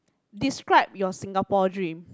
describe your Singapore dream